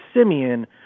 Simeon